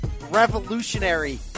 revolutionary